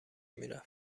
میرفت